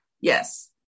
Yes